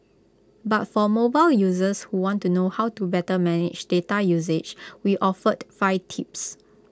but for mobile users who want to know how to better manage data usage we offered five tips